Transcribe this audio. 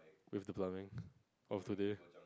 with the pumping of the day